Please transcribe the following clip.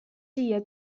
siia